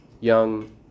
young